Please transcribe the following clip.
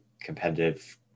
competitive